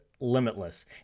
limitless